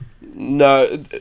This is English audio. No